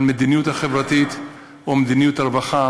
על המדיניות החברתית או מדיניות הרווחה